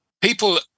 people